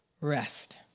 rest